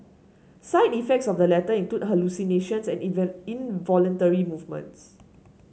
side effects of the latter include hallucinations and involuntary movements